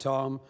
Tom